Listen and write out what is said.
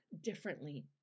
differently